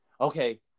okay